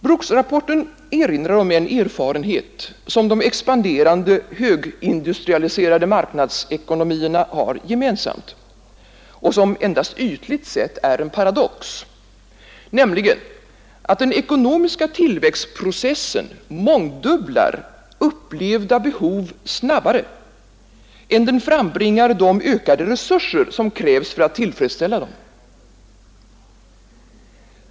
Brooksgruppen erinrar om en erfarenhet som de expanderande högindustrialiserade marknadsekonomierna har gemensamt — och som endast ytligt sett är en paradox — nämligen att den ekonomiska tillväxtprocessen mångdubblar upplevda behov snabbare än den frambringar de ökade resurser som krävs för att tillfredsställa dem.